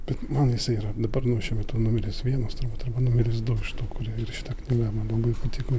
bet man jisai yra dabar nu šiuo metu numeris vienas turbūt arba numeris du iš tų kurie yra šita knyga man labai patiko